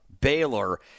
Baylor